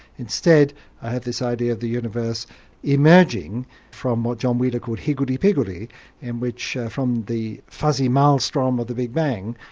instead i have this idea of the universe emerging from what john wheeler called higgledy-piggledy in which, from the fuzzy maelstrom of the big bang,